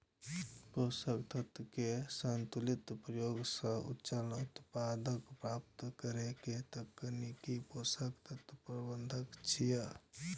पोषक तत्व के संतुलित प्रयोग सं उच्च उत्पादकता प्राप्त करै के तकनीक पोषक तत्व प्रबंधन छियै